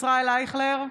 (קוראת בשמות חברי הכנסת) ישראל אייכלר,